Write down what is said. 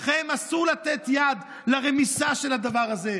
לכם אסור לתת יד לרמיסה של הדבר הזה.